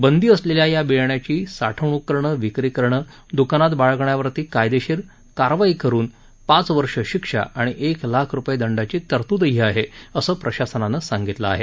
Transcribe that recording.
बंदी असलेल्या या बियाण्याची साठवणूक करणं विक्री करणं दुकानात बाळगणाऱ्यांवर कायदेशीर कारवाई करुन पाच वर्षे शिक्षा व एक लाख रुपये दंडाची तरतूद आहे असंही प्रशासनानं सांगितलं आहे